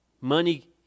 money